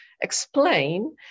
explain